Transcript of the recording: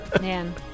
Man